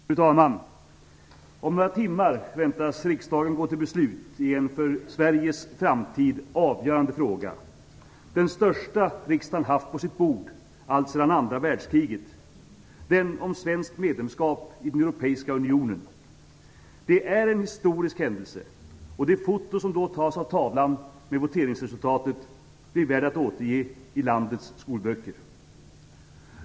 Fru talman! Om några timmar väntas riksdagen gå till beslut i en för Sveriges framtid avgörande fråga - den största riksdagen haft på sitt bord alltsedan andra världskriget - den om svenskt medlemskap i den europeiska unionen. Det är en historisk händelse, och det foto som då tas av tavlan med voteringsresultatet blir värt att återge i landets skolböcker.